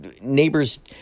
neighbors